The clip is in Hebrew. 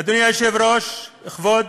אדוני היושב-ראש, כבוד